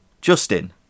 justin